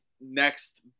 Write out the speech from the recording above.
next